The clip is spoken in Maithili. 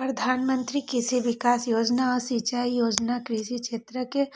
प्रधानमंत्री कृषि विकास योजना आ सिंचाई योजना कृषि क्षेत्र के